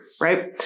right